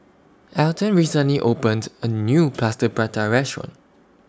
Alton recently opened A New Plaster Prata Restaurant